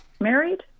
married